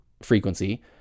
frequency